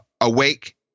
awake